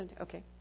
okay